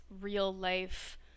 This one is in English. real-life